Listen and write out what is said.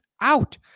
out